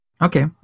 okay